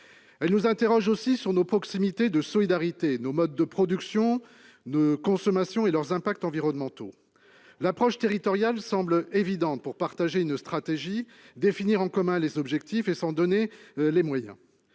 Elle nous interroge aussi sur nos proximités de solidarité, nos modes de production et de consommation et leurs impacts environnementaux. L'approche territoriale semble évidente pour partager une stratégie, définir en commun les objectifs et s'en donner les moyens.